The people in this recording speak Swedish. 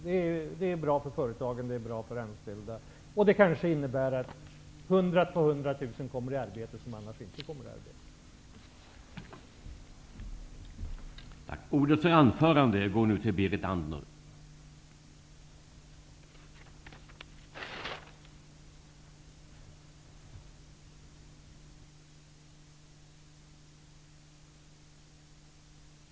Det är bra för företagen, det är bra för de anställda och det kanske innebär att 100 000--200 000 kommer i arbete som annars inte skulle göra det.